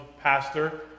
pastor